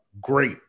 great